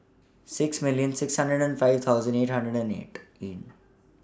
six million six hundred and five thousand eight hundred and eight A